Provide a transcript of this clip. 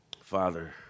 Father